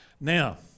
Now